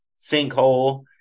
sinkhole